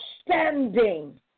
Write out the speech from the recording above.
standing